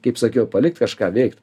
kaip sakiau palikti kažką veikt